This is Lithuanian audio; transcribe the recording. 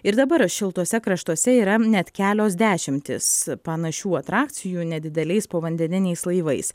ir dabar šiltuose kraštuose yra net kelios dešimtys panašių atrakcijų nedideliais povandeniniais laivais